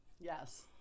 Yes